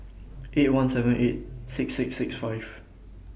eight one seven eight six six six five